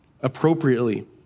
appropriately